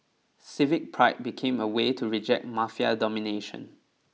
civic pride became a way to reject Mafia domination